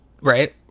right